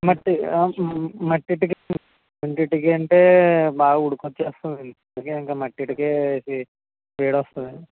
మట్టి మట్టి ఇటుకే అండి మట్టి ఇటుకే అంటే బాగా ఉడుకు వచ్చేస్తుంది అండి మట్టి ఇటుకే ఇంకా వేడి వస్తుందని